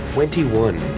Twenty-one